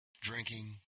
Drinking